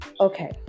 Okay